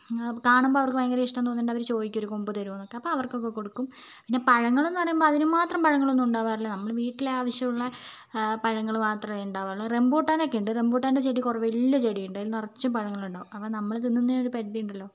കാണുമ്പോൾ അവർക്ക് ഭയങ്കര ഇഷ്ടം തോന്നുന്നുണ്ട് അവര് ചോദിക്കും ഒരു കൊമ്പ് തരുമോ എന്ന് അപ്പോൾ അവർക്കൊക്കെ കൊടുക്കും പിന്നെ പഴങ്ങളെന്ന് പറയുമ്പോൾ അതിനുമാത്രം പഴങ്ങളൊന്നും ഉണ്ടാകാറില്ല നമ്മളുടെ വീട്ടിലേകെകെ ആവശ്യമുള്ള പഴങ്ങള് മാത്രമെ ഉണ്ടാകാറുള്ളു റംബൂട്ടാനൊക്കെ ഉണ്ട് റംബൂട്ടാൻ്റെ ചെടി കുറവാണ് വലിയ ചെടിയുണ്ട് നിറച്ചും പഴങ്ങളുണ്ടാകും അപ്പം നമ്മള് തിന്നുന്നതിന് ഒരു പരിധി ഉണ്ടല്ലോ